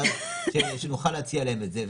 ואז שנוכל להציע להם את זה,